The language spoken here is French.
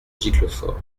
giclefort